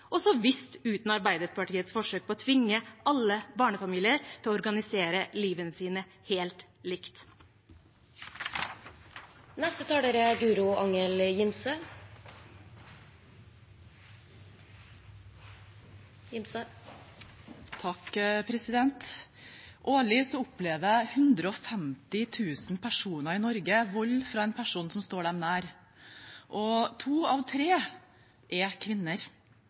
og så visst uten Arbeiderpartiets forsøk på å tvinge alle barnefamilier til å organisere livene sine helt likt. Årlig opplever 150 000 personer i Norge vold fra en person som står en nær, og to av tre er kvinner.